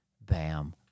Bam